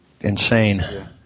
insane